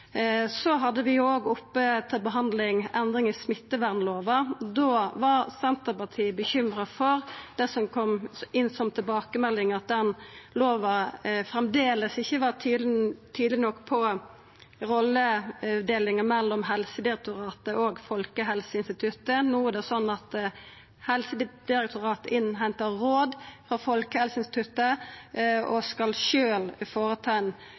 Så hadde vi òg oppe til behandling endring i smittevernlova. Da var Senterpartiet bekymra for dei tilbakemeldingane som kom inn, om at lova framleis ikkje var tydeleg nok på rolledelinga mellom Helsedirektoratet og Folkehelseinstituttet. No er det slik at Helsedirektoratet hentar inn råd frå Folkehelseinstituttet